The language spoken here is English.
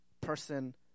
person